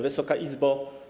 Wysoka Izbo!